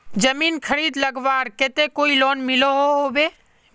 जमीन खरीद लगवार केते कोई लोन मिलोहो होबे?